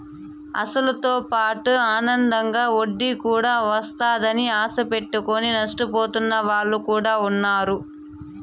అసలుతోపాటు అదనంగా వడ్డీ కూడా వత్తాదని ఆశ పెట్టుకుని నష్టపోతున్న వాళ్ళు కూడా ఉన్నారు